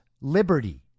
liberty